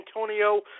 Antonio